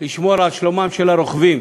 לשמור על שלומם של הרוכבים,